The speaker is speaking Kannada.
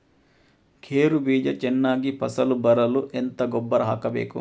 ಗೇರು ಬೀಜ ಚೆನ್ನಾಗಿ ಫಸಲು ಬರಲು ಎಂತ ಗೊಬ್ಬರ ಹಾಕಬೇಕು?